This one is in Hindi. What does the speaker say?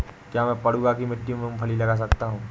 क्या मैं पडुआ की मिट्टी में मूँगफली लगा सकता हूँ?